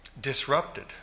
disrupted